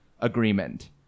Agreement